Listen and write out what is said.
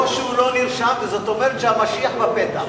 או שהוא לא נרשם, וזה אומר שהמשיח בפתח.